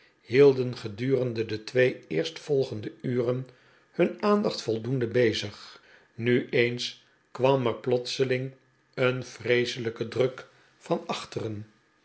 hielden gedurende de twee eerstvolgende uren hun aandacht voldoende bezig nu eens kwam er plotr seling een vreeselijke druk van achteren